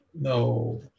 No